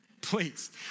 Please